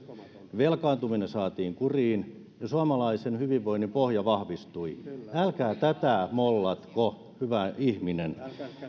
velkaantuminen saatiin kuriin ja suomalaisen hyvinvoinnin pohja vahvistui älkää tätä mollatko hyvä ihminen